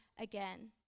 again